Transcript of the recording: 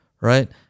Right